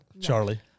Charlie